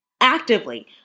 actively